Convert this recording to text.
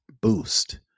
boost